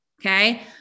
Okay